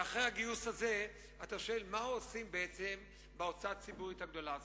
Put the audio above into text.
ואחרי הגיוס הזה אתה שואל מה עושים בעצם בהוצאה הציבורית הגדולה הזאת.